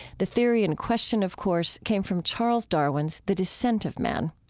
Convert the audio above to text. the theory in question of course came from charles darwin's the descent of man.